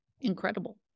incredible